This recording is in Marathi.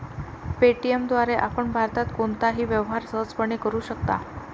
पे.टी.एम द्वारे आपण भारतात कोणताही व्यवहार सहजपणे करू शकता